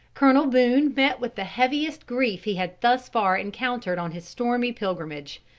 colonel boone met with the heaviest grief he had thus far encountered on his stormy pilgrimage.